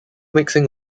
mixing